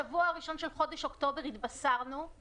זה